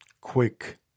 quick